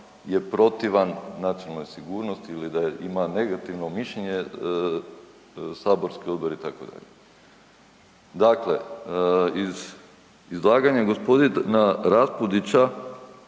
je protivan nacionalnoj sigurnosti ili da ima negativno mišljenje saborski odbor je …/nerazumljivo/… Dakle, iz izlaganja gospodina Raspudića